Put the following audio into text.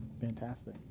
Fantastic